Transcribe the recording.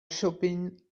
shopping